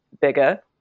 bigger